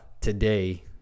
today